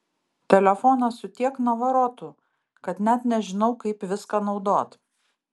telefonas su tiek navarotų kad net nežinau kaip viską naudot